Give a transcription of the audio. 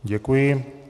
Děkuji.